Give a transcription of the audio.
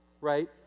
right